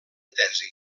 tesi